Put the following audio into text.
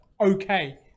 okay